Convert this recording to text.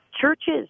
Churches